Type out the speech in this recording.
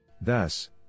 Thus